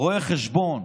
רואי חשבון